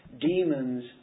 Demons